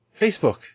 facebook